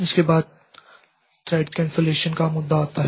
इसके बाद thread cancellation का मुद्दा आता है